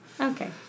okay